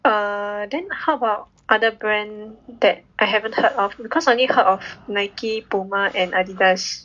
err then how about other brand that I haven't heard of because I only heard of Nike Puma and Adidas